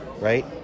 right